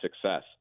success